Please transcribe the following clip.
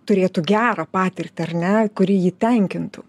turėtų gerą patirtį ar ne kuri jį tenkintų